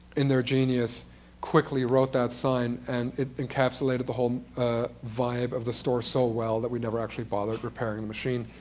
in their genius quickly wrote that sign, and it encapsulated the whole vibe of the store so well that we never actually bothered repairing the machine.